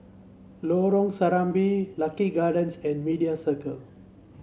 Lorong Serambi Lucky Gardens and Media Circle